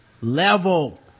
level